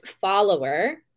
follower